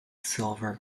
silver